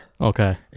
okay